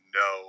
no